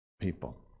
people